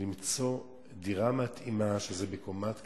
למצוא דירה מתאימה, שזה בקומת קרקע,